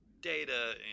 data